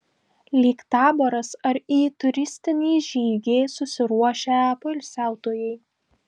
lyg taboras ar į turistinį žygį susiruošę poilsiautojai